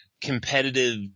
competitive